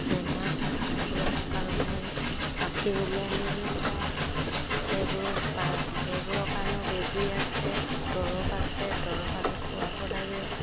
বেমাৰ হয় হাঁহবোৰৰ কঁকাল ভাঙি পাখি ওলমি যায় সেইবোৰৰ কাৰণেও বেজী আছে দৰৱ আছে দৰৱ আনি খোৱাব লাগে